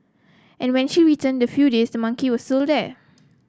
and when she returned the few days the monkey was still there